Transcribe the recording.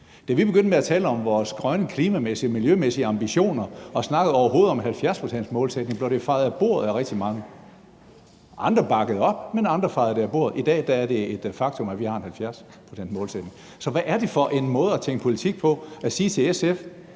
Da vi begyndte at tale om vores grønne klima- og miljømæssige ambitioner og snakkede om en 70-procentsmålsætning, blev det fejet af bordet af rigtig mange. Nogle bakkede det op, men andre fejede det af bordet. I dag er det et faktum, at vi har en 70-procentsmålsætning. Så hvad er det for en måde at tænke politik på, når man siger til SF,